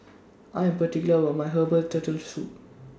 I Am particular about My Herbal Turtle Soup